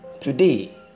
Today